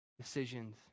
decisions